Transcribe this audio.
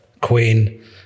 Queen